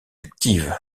active